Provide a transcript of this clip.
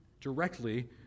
directly